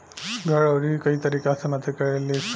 भेड़ अउरी कई तरीका से मदद करे लीसन